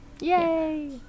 Yay